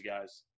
guys